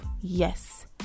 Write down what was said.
Yes